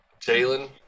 Jalen